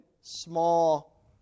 small